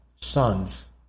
sons